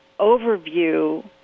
overview